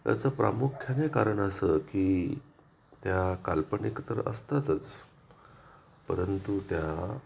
याचं प्रामुख्याने कारण असं की त्या काल्पनिक तर असतातच परंतु त्या